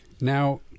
Now